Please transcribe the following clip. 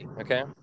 Okay